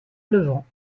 levant